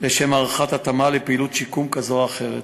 לשם הערכת התאמה לפעילות שיקום כזאת או אחרת.